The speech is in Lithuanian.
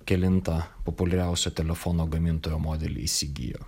kelintą populiariausio telefono gamintojo modelį įsigijo